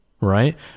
right